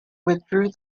withdrew